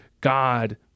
God